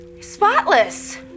Spotless